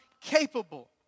capable